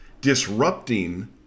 disrupting